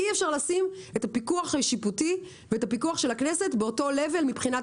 אי אפשר לשים את הפיקוח השיפוטי ואת הפיקוח של הכנסת באותו "לבל" מבחינת